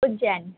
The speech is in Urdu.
اجین